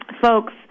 folks